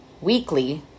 weekly